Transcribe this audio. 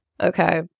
Okay